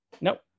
Nope